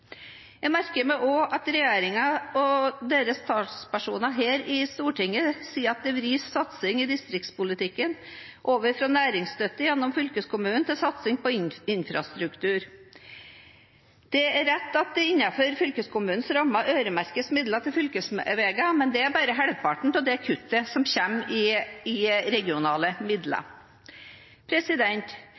Jeg merker meg også at regjeringen og dens talspersoner her i Stortinget sier at de vrir satsingen i distriktspolitikken over fra næringsstøtte gjennom fylkeskommunene til satsing på infrastruktur. Det er rett at det innenfor fylkeskommunenes rammer øremerkes midler til fylkesveier, men dette er bare halvparten av det kuttet som kommer i regionale midler.